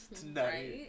tonight